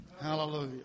Hallelujah